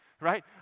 Right